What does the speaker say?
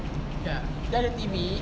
ya dia ada T_V